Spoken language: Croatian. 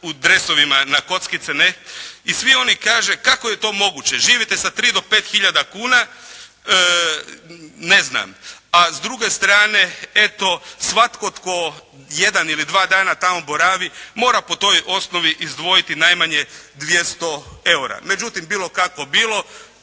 u dresovima na kockice i svi oni, kaže kako je to moguće živite sa 3 do 5 hiljada kuna, ne znam a s druge strane eto svatko tko jedan ili dva dana tamo boravi mora po toj osnovi izdvojiti najmanje 200 eura. Međutim bilo kako bilo,